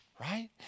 Right